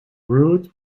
route